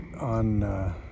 on